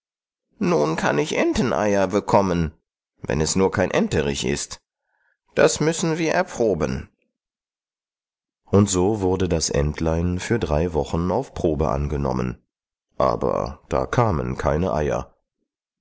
nun kann ich enteneier bekommen wenn es nur kein enterich ist das müssen wir erproben und so wurde das entlein für drei wochen auf probe angenommen aber da kamen keine eier